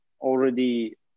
already